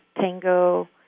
tango